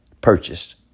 purchased